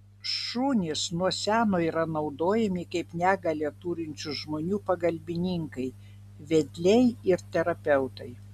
šunys nuo seno yra naudojami kaip negalią turinčių žmonių pagalbininkai vedliai ir terapeutai